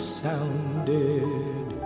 sounded